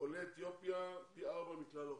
עולי אתיופיה, פי ארבעה מכלל האוכלוסייה.